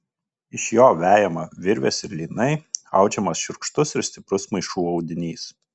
iš jo vejama virvės ir lynai audžiamas šiurkštus ir stiprus maišų audinys